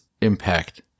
impact